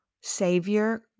Savior